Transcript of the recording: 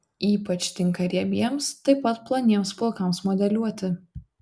ypač tinka riebiems taip pat ploniems plaukams modeliuoti